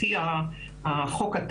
לפי החוק,